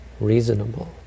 reasonable